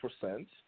percent